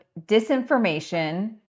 disinformation